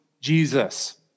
Jesus